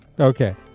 Okay